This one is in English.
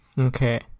Okay